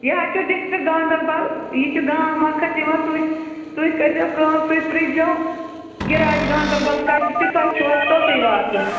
یہِ حظ چھُ ڈِسٹرکٹ گانٛدربَل یہِ چھُ گام اکھ حظ یِوان تُہۍ تُہۍ کٔرۍزیو کٲم تُہۍ پرٕٛژھ زیو گِراج گانٛدربَل کَتہِ چھُ تۄہہِ چھُو حظ توٚتُے واتُن